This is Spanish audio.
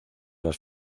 las